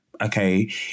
okay